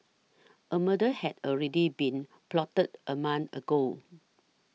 a murder had already been plotted a month ago